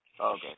Okay